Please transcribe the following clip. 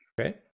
Okay